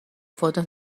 fotos